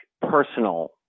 personal